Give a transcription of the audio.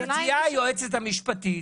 מציעה היועצת המשפטית,